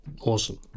Awesome